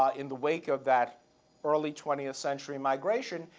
ah in the wake of that early twentieth century migration,